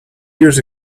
years